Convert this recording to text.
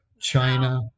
China